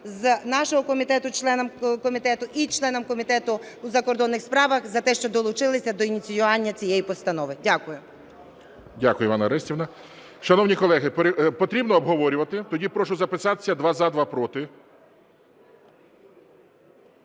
комітету, членам комітету, і членам Комітету у закордонних справах за те, що долучилися до ініціювання цієї постанови. Дякую. ГОЛОВУЮЧИЙ. Дякую, Іванна Орестівна. Шановні колеги, потрібно обговорювати? Прошу записатися: два – за, два – проти.